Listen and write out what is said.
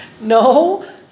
No